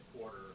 quarter